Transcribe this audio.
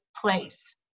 place